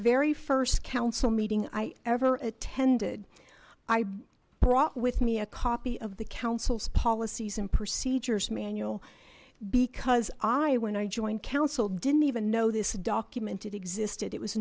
very first council meeting i ever attended i brought with me a copy of the council's policies and procedures manual because i when i joined council didn't even know this document it existed it was